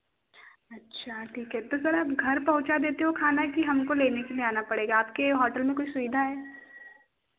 अच्छा ठीक है तो सर आप घर पहुँचा देते हो खाना की हमको लेने के लिए आना पड़ेगा आपके हॉटल में कुछ सुविधा है